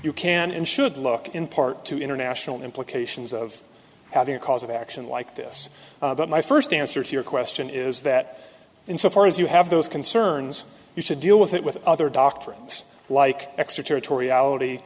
you can and should look in part to international implications of having a cause of action like this but my first answer to your question is that insofar as you have those concerns you should deal with it with other documents like extraterritor